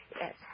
Yes